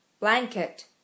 Blanket